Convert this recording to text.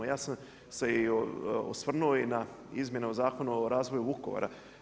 Ja sam se i osvrnuo i na izmjene o Zakonu o razvoju Vukovara.